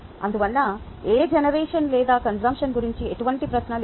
అందువల్ల ఏ జనరేషన్ లేదా కన్సుంప్షన్ గురించి ఎటువంటి ప్రశ్న లేదు